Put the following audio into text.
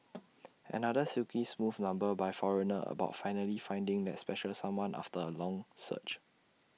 another silky smooth number by foreigner about finally finding that special someone after A long search